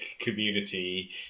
community